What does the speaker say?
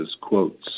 quotes